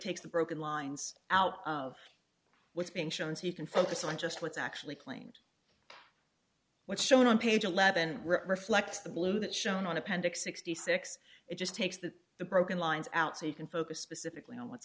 takes the broken lines out of what's been shown so you can focus on just what's actually claimed what's shown on page eleven reflects the blue that shown on appendix sixty six it just takes that the broken lines out so you can focus specifically on what's